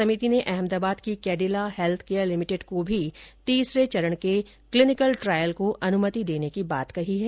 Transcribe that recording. समिति ने अहमदाबाद की कैडिला हेल्थ केयर लिमिटेड को भी तीसरे चरण के क्लिनिकल ट्रायल को अनुमति देने को कहा है